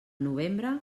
novembre